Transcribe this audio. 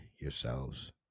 yourselves